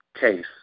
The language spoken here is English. case